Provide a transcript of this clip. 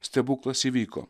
stebuklas įvyko